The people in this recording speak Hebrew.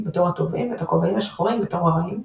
בתור "הטובים" ואת "הכובעים השחורים" בתור "הרעים",